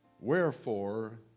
Wherefore